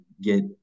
get